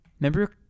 Remember